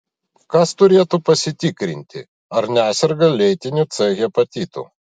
kas turėtų pasitikrinti ar neserga lėtiniu c hepatitu